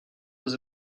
was